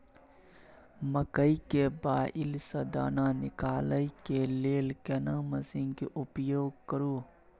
मकई के बाईल स दाना निकालय के लेल केना मसीन के उपयोग करू?